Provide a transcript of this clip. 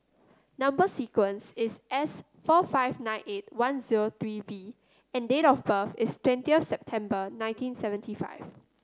number sequence is S four five nine eight one zero three V and date of birth is twentyth September nineteen seventy five